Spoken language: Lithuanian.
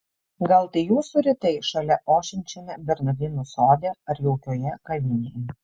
gal tai jūsų rytai šalia ošiančiame bernardinų sode ar jaukioje kavinėje